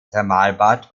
thermalbad